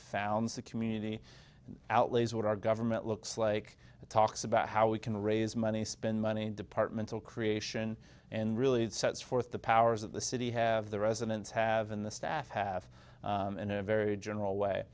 founds the community outlays what our government looks like it talks about how we can raise money spend money departmental creation and really sets forth the powers of the city have the residents have and the staff have and in a very general way